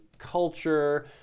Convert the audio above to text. culture